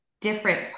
different